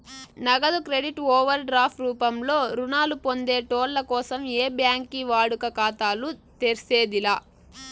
నగదు credit overdraft రూపంలో రుణాలు పొందేటోళ్ళ కోసం ఏ బ్యాంకి వాడుక ఖాతాలు తెర్సేది లా